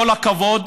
כל הכבוד.